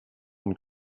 been